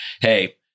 hey